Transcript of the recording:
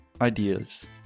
ideas